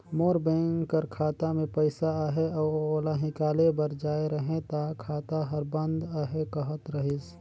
मोर bank कर खाता में पइसा अहे अउ ओला हिंकाले बर जाए रहें ता खाता हर बंद अहे कहत रहिस